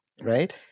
right